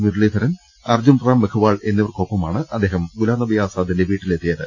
മുരളീധരൻ അർജുൻ റാം മെഘ്വാൾ എന്നിവർക്കൊപ്പ മാണ് അദ്ദേഹം ഗുലാം നബി ആസാദിന്റെ വീട്ടിലെത്തിയത്